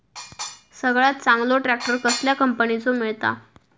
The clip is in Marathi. सगळ्यात चांगलो ट्रॅक्टर कसल्या कंपनीचो मिळता?